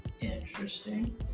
Interesting